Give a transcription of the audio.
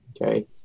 Okay